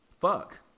Fuck